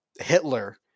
Hitler